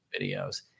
videos